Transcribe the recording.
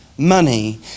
Money